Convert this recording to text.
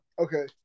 Okay